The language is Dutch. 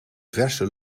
verse